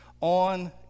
on